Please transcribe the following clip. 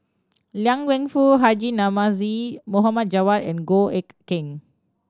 Liang Wenfu Haji Namazie Mohd Javad and Goh Eck Kheng